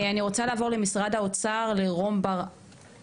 אני רוצה לעבור למשרד האוצר, רום בר אב,